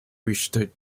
reached